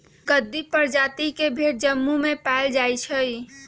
गद्दी परजाति के भेड़ जम्मू में पाएल जाई छई